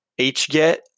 HGET